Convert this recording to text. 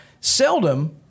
seldom